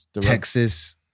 Texas